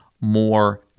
more